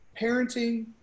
parenting